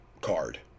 card